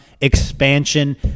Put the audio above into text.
expansion